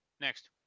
Next